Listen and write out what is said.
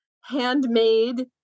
handmade